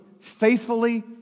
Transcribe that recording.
faithfully